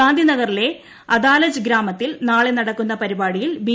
ഗാന്ധിനഗറിലെ അദാലജ് ഗ്രാമത്തിൽ നാളെ നടക്കുന്ന പരിപാടിയിൽ ബി